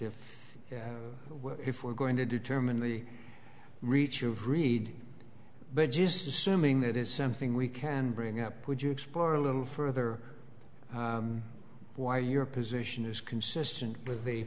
if if we're going to determine the reach of read but just assuming that it's something we can bring up would you explore a little further why your position is consistent with